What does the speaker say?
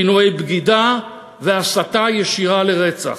כינויי בגידה והסתה ישירה לרצח.